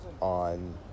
on